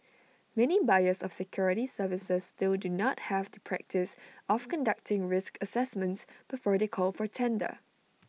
many buyers of security services still do not have the practice of conducting risk assessments before they call for tender